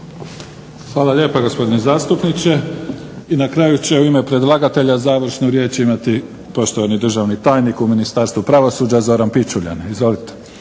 Hvala lijepa gospodine zastupniče. I na kraju će u ime predlagatelja završnu riječ imati poštovani državni tajnik u Ministarstvu pravosuđa Zoran Pičuljan. Izvolite.